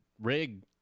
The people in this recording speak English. rig